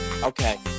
Okay